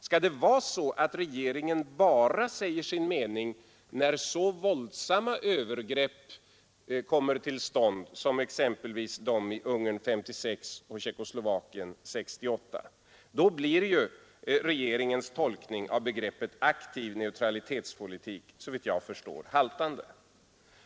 Skall regeringen säga sin mening bara när det sker så våldsamma övergrepp som exempelvis de i Ungern 1956 och Tjeckoslovakien 1968? Då blir ju regeringens tolkning av begreppet aktiv neutralitetspolitik, såvitt jag förstår, haltande.